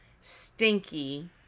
Stinky